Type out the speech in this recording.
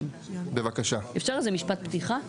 אפשר איזה משפט פתיחה?